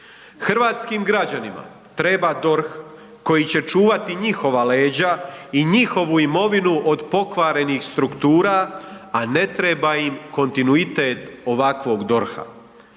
Hrvatskim građanima treba DORH koji će čuvati njihova leđa i njihovu imovinu od pokvarenih struktura, a ne treba im kontinuitet ovakvog DORH-a.